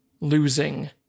Losing